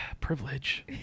Privilege